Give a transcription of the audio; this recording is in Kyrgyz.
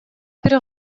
бир